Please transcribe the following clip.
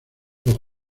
los